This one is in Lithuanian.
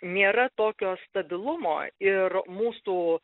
nėra tokio stabilumo ir mūsų